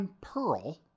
Pearl